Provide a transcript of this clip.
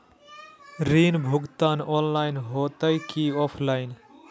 ऋण भुगतान ऑनलाइन होते की ऑफलाइन?